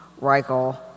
Reichel